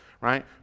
right